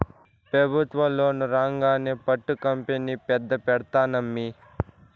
పెబుత్వ లోను రాంగానే పట్టు కంపెనీ పెద్ద పెడ్తానమ్మీ